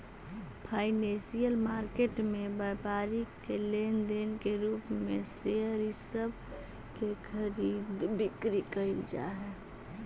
financial market में व्यापारी के लेन देन के रूप में शेयर इ सब के खरीद बिक्री कैइल जा हई